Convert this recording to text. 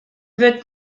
wurd